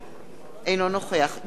אינו נוכח דן מרידור,